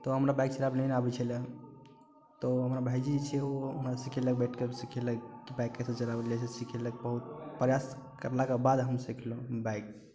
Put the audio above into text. तऽ हमरा बाइक चलाबय नहि आबैत छलै तऽ हमर भाइजी सेहो हमरा सिखौलथि बाइक कैसे चलाओल जाइ छै सिखेलथि बहुत प्रयास कयलाके बाद हम सिखलहुँ बाइक